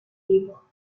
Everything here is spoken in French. libre